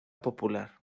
popular